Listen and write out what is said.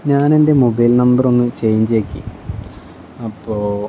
ഞാൻ എൻ്റെ mobile number ഒന്ന് ചേഞ്ച് ആക്കി അപ്പോൾ